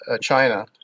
China